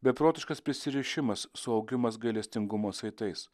beprotiškas prisirišimas suaugimas gailestingumo saitais